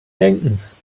denkens